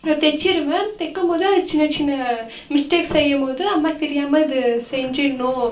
தைச்சிருவேன் தைக்கும்போது அது சின்ன சின்ன மிஸ்டேக்ஸ் செய்யும்போது அம்மாக்கு தெரியாமல் அது செஞ்சிடணும்